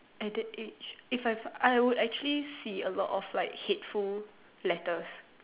at the age I would actually see a lot of like hateful letters